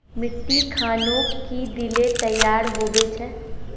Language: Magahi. मिट्टी खानोक की दिले तैयार होबे छै?